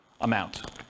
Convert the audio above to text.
amount